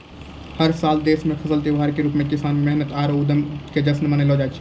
हर साल देश मॅ फसल त्योहार के रूप मॅ किसान के मेहनत आरो उद्यम के जश्न मनैलो जाय छै